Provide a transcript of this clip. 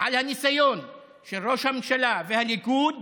על הניסיון של ראש הממשלה והליכוד